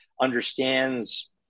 understands